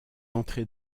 entrer